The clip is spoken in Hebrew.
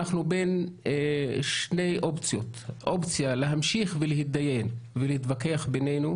אנחנו בין שתי אופציות: אופציה להמשיך להתדיין ולהתווכח בינינו,